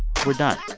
we're done